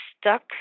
stuck